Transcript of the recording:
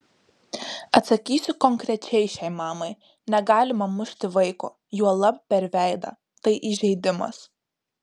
atsakysiu konkrečiai šiai mamai negalima mušti vaiko juolab per veidą tai įžeidimas